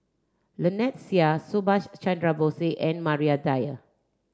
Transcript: Lynnette Seah Subhas Chandra Bose and Maria Dyer